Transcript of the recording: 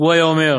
הוא היה אומר,